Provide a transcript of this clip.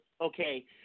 Okay